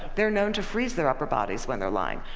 they're known to freeze their upper bodies when they're lying.